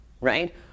right